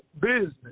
business